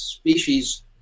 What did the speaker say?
Species